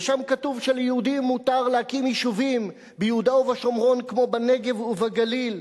ושם כתוב שליהודים מותר להקים יישובים ביהודה ובשומרון כמו בנגב ובגליל.